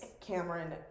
Cameron